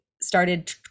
started